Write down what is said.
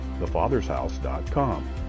thefathershouse.com